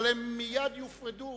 אבל הם מייד יופרדו.